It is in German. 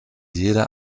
jede